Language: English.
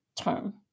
term